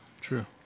true